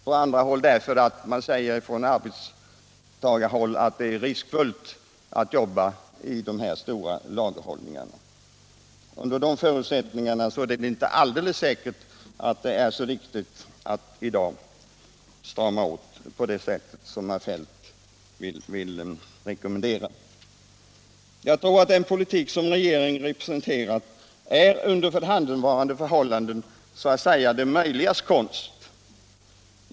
Vidare sägs det i andra sammanhang från arbetstagarhåll att det är riskfyllt att arbeta med så stora lager. Under dessa förutsättningar är det inte alldeles säkert att det är riktigt att i dag strama åt på det sätt som herr Feldt rekommenderar. Den politik som regeringen presenterat är under förhandenvarande förhållanden så att säga det möjligas konst.